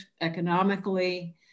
economically